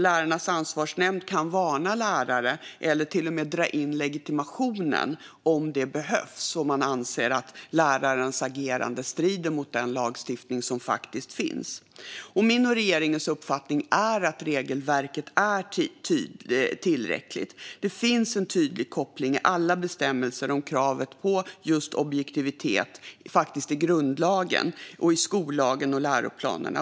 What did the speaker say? Lärarnas ansvarsnämnd kan varna lärare eller till och med dra in legitimationen om de anser att lärarens agerande strider mot lagstiftningen. Min och regeringens uppfattning är att regelverket är tillräckligt. Det finns en tydlig koppling mellan alla bestämmelser om kravet på just objektivitet i grundlagen, skollagen och läroplanerna.